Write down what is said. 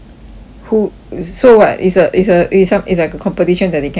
who so what is a is a it is some is like a competition that can participate